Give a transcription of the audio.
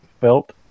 felt